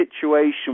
situation